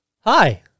Hi